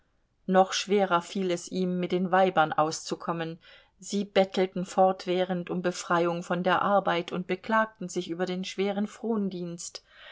noch schwerer fiel es ihm mit den weibern auszukommen sie bettelten fortwährend um befreiung von der arbeit und beklagten sich über den schweren